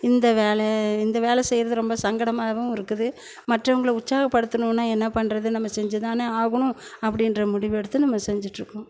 இந்த வேலை இந்த வேலை செய்கிறது ரொம்ப சங்கடமாகவும் இருக்குது மற்றவங்களை உற்சாகப்படுத்தணுன்னா என்ன பண்றது நம்ம செஞ்சு தானே ஆகணும் அப்படின்ற முடிவு எடுத்து நம்ம செஞ்சிகிட்டு இருக்கோம்